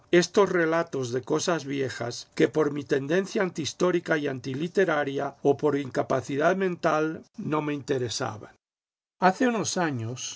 estos relatos de cosas viejas que por mi tendencia antihistórica y antiliteraria o por incapacidad mental no me interesaban hace unos años